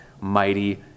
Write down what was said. Mighty